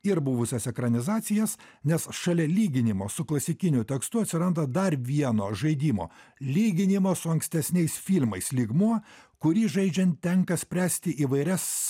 ir buvusias ekranizacijas nes šalia lyginimo su klasikiniu tekstu atsiranda dar vieno žaidimo lyginimo su ankstesniais filmais lygmuo kurį žaidžiant tenka spręsti įvairias